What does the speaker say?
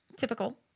typical